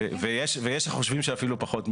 ויש שחושבים שאפילו פחות מכך.